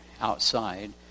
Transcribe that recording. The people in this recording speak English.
outside